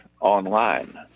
online